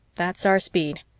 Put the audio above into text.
that's our speed.